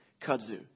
kudzu